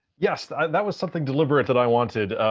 yes that was something deliberate that i wanted.